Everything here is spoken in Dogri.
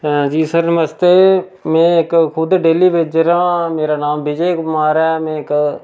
जी सर नमस्ते में इक खुद डेल्ली बेजर आं मेरा नांऽ बिजय कुमार ऐ में इक